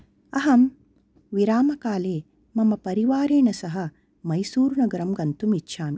अहं विरामकाले मम परिवारेण सह मैसूरुनगरं गन्तुमिच्छामि